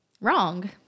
wrong